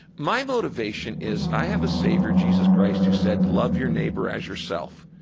my motivation is i have a savior, jesus christ, who said, love your neighbor as yourself.